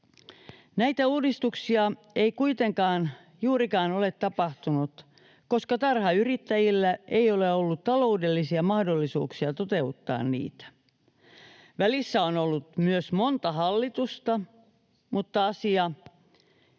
Näitä uudistuksia ei kuitenkaan juurikaan ole tapahtunut, koska tarhayrittäjillä ei ole ollut taloudellisia mahdollisuuksia toteuttaa niitä. Välissä on ollut monta hallitusta, mutta asian